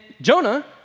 Jonah